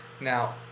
Now